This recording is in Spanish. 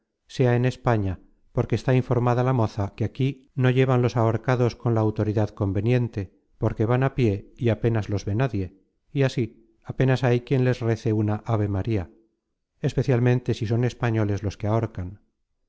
sea en españa porque está informada la moza que aquí no llevan los ahor cados con la autoridad conveniente porque van á pié y apenas los ve nadie y así apenas hay quien les rece una ave maria especialmente si son españoles los que ahorcan